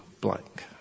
blank